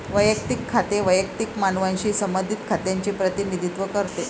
वैयक्तिक खाते वैयक्तिक मानवांशी संबंधित खात्यांचे प्रतिनिधित्व करते